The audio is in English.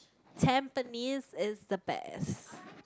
Tampines is the best